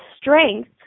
strength